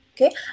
Okay